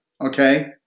okay